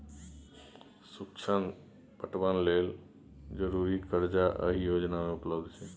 सुक्ष्म पटबन लेल जरुरी करजा एहि योजना मे उपलब्ध छै